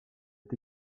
est